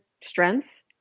strengths